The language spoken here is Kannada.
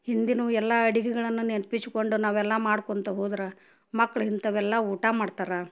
ಹಿಂದಿನವು ಎಲ್ಲ ಅಡಿಗೆಗಳನ್ನು ನೆನ್ಪಿಸಿಕೊಂಡು ನಾವೆಲ್ಲ ಮಾಡ್ಕೊತ ಹೋದ್ರೆ ಮಕ್ಳು ಇಂಥವೆಲ್ಲ ಊಟ ಮಾಡ್ತಾರೆ